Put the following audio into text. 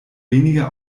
wenige